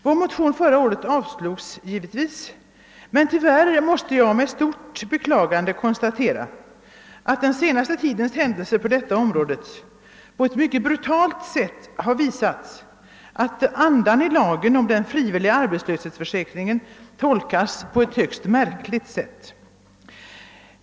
Vår motion förra året avslogs givetvis, men jag måste med stort beklagande konstatera att den senaste tidens händelser på detta område mycket brutalt har visat att andan i lagen om den frivilliga arbetslöshetsförsäkringen tolkas på ett högst märkligt sätt.